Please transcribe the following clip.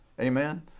Amen